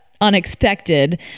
unexpected